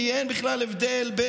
כי אין בכלל הבדל.